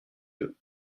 veux